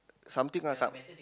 something lupsup